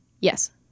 Yes